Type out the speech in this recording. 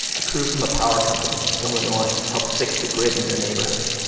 a crew from a power company in illinois helps fix the grid in their neighborhood.